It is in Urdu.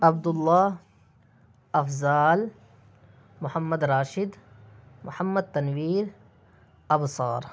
عبدُ اللّہ افضال محمد راشد محمد تنویرابصار